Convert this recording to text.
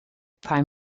prime